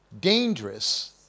dangerous